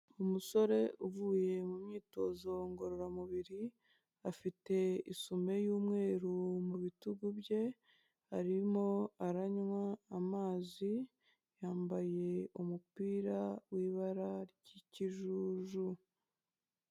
Umusore uvuye mu myitozo ngororamubiri afite isume y'umweru mu bitugu bye arimo aranywa amazi, yambaye umupira w'ibara ry'ikijuju.